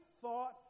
thought